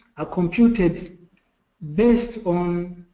are computed based on